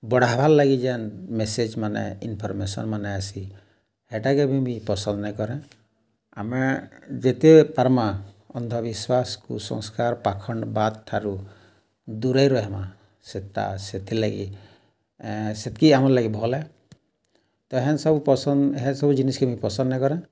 ବଢ଼ାବାର୍ ଲାଗି ଯେନ୍ ମେସେଜ୍ମାନେ ଇନଫର୍ମେସନ୍ ମାନେ ଆଏସି ହେଟାକେ ବି ମୁଇଁ ପସନ୍ଦ୍ ନାଇଁ କରେ ଆମେ ଯେତେ ପାର୍ମା ଅନ୍ଧବିଶ୍ୱାସ୍ କୁସଂସ୍କାର୍ ପାଖଣ୍ଡ୍ ବାଦ୍ ଠାରୁ ଦୂରେଇ ରହେମା ସେଟା ସେଥିର୍ଲାଗି ସେତ୍କି ଆମର୍ ଲାଗି ଭଲ୍ ଆଏ ତ ହେ ସବୁ ପସନ୍ଦ୍ ହେ ସବୁ ଜିନିଷ୍କେ ବି ମୁଇଁ ପସନ୍ଦ୍ ନାଇଁ କରେ